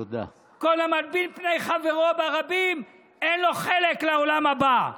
כל המלבין פני חברו ברבים, אין לו חלק לעולם הבא.